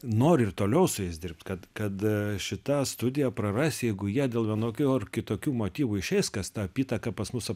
nori ir toliau su jais dirbt kad kad šita studija praras jeigu jie dėl vienokių ar kitokių motyvų išeis kas ta apytaka pas mus